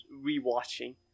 re-watching